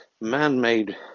man-made